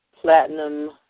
platinum